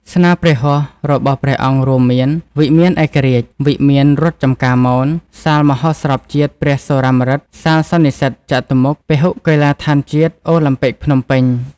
ស្នាមព្រះហស្តរបស់ព្រះអង្គរួមមាន វិមានឯករាជ្យ វិមានរដ្ឋចំការមន សាលមហោស្រពជាតិព្រះសុរាម្រិត សាលសន្និសីទចតុមុខ ពហុកីឡាដ្ឋានជាតិអូឡាំពិកភ្នំពេញ។